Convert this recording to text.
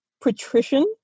patrician